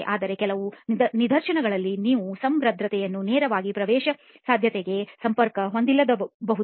ಆದರೆ ಕೆಲವು ನಿದರ್ಶನಗಳಲ್ಲಿ ನೀವು ಸರಂಧ್ರತೆಯನ್ನು ನೇರವಾಗಿ ಪ್ರವೇಶಸಾಧ್ಯತೆಗೆ ಸಂಪರ್ಕ ಹೊಂದಿಲ್ಲದಿರಬಹುದು